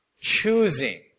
choosing